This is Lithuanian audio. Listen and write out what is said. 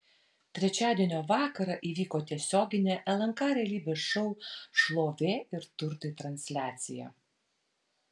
trečiadienio vakarą įvyko tiesioginė lnk realybės šou šlovė ir turtai transliacija